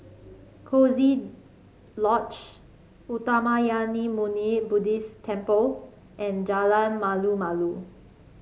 Coziee Lodge Uttamayanmuni Buddhist Temple and Jalan Malu Malu